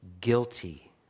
guilty